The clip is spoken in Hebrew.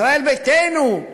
ישראל ביתנו,